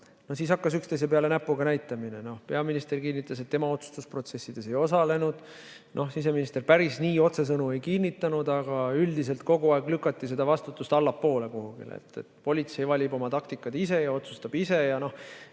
Siis hakkas üksteise peale näpuga näitamine. Peaminister kinnitas, et tema otsustusprotsessides ei osalenud. Siseminister päris nii otsesõnu ei kinnitanud, aga üldiselt kogu aeg lükati seda vastutust kuhugi allapoole, et politsei valib oma taktikad ise, otsustab ise jne. Meie